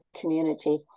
community